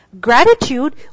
Gratitude